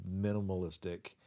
minimalistic